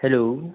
hello